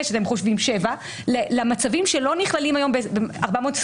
והם שבע למצבים שלא נכללים היום ב-428.